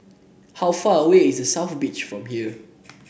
how far away is The South Beach from here